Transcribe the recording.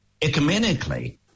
ecumenically